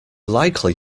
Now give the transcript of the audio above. likely